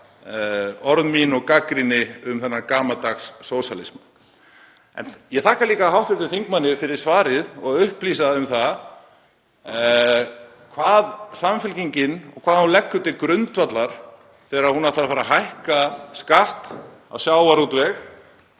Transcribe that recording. orð mín og gagnrýni um þennan gamaldags sósíalisma. En ég þakka líka hv. þingmanni fyrir svarið og að upplýsa um það hvað Samfylkingin leggur til grundvallar þegar hún ætlar að fara að hækka skatt á sjávarútveg